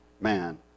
man